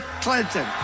Clinton